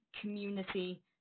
community